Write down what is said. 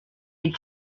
you